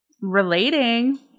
relating